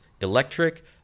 electric